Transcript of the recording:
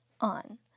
on